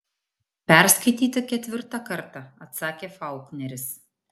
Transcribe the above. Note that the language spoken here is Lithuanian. perskaityti ketvirtą kartą atsakė faulkneris